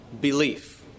belief